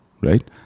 right